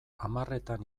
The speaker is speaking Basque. hamarretan